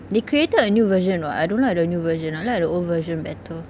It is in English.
they created a new version [what] I don't like the new version I like the old version better